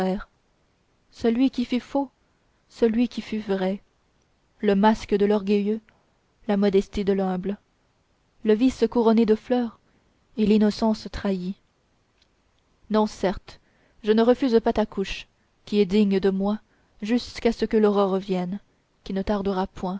celui qui fut faux celui qui fut vrai le masque de l'orgueilleux la modestie de l'humble le vice couronné de fleurs et l'innocence trahie non certes je ne refuse pas ta couche qui est digne de moi jusqu'à ce que l'aurore vienne qui ne tardera point